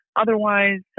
Otherwise